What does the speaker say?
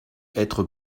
hêtre